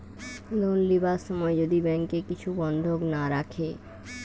loan লিবার সময় যদি ব্যাংকে কিছু বন্ধক না রাখে